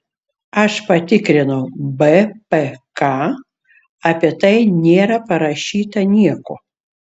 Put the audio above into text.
aš patikrinau bpk apie tai nėra parašyta nieko